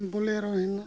Bolero ᱦᱮᱱᱟᱜᱼᱟ